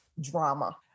drama